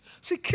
See